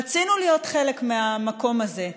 רצינו להיות חלק מהמקום הזה.